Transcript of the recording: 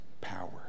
power